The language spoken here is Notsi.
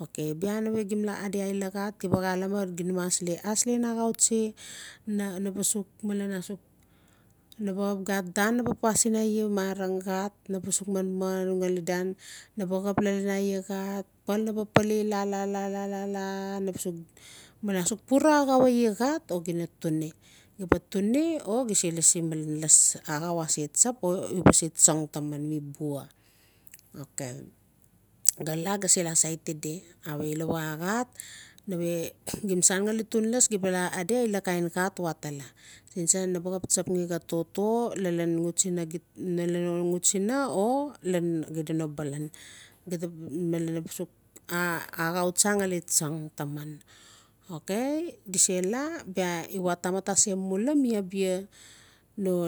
Okay bia nave gim laa adi abia xat gim baa xalame alaslen axau tsi na baa suk malen nabagap gat dan na baa pas sin iaa marang xat na baa suk manman gali dan na baa xap lalan laa xat pal na ba pale laa-laa-laa-laa na baa suk pura axau iaa xat o gim na tuni gim baa tuni o gim se lasi las axau ase tsap o u baaa se tsog taman mi bua. Okay gaa laa o ase sati di awe ilawa xt nave gim sagali tun las gim baa laa adi ai la kain xaat watala sin tsa na baa xap tsapgi xaa toto lalan xutsina o lalan nigita no balan malen na baa sux axau tsa gali tsog taman okay do se laa bia uwa tamat ase mula mi abia